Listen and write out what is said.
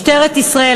משטרת ישראל,